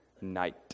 night